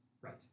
Right